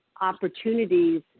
opportunities